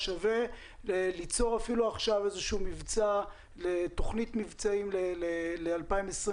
שווה ליצור אפילו עכשיו איזשהו מבצע לתוכנית מבצעים ל-2021.